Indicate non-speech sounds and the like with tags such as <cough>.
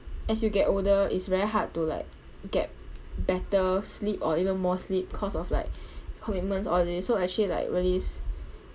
as you get older it's very hard to like get better sleep or even more sleep cause of like <breath> commitments all these so actually like really